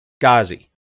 Ghazi